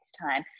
time